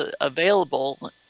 available